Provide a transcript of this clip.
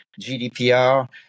GDPR